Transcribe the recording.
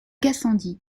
gassendy